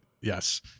yes